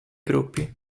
gruppi